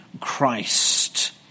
Christ